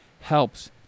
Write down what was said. helps